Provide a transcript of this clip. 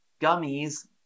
Gummies